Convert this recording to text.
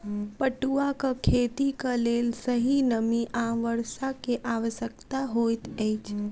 पटुआक खेतीक लेल सही नमी आ वर्षा के आवश्यकता होइत अछि